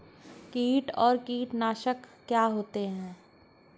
कीट और कीटनाशक क्या होते हैं?